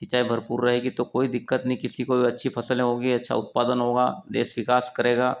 सिंचाई भरपूर रहेगी तो कोई दिक्कत नहीं किसी को अच्छी फसलें होगी अच्छा उत्पादन होगा देश विकास करेगा